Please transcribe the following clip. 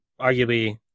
arguably